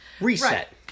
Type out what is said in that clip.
Reset